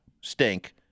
Stink